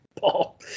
Paul